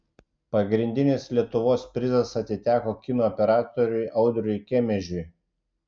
pagrindinis lietuvos prizas atiteko kino operatoriui audriui kemežiui